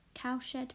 cowshed